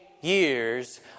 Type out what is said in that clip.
years